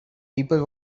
people